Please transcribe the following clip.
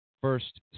first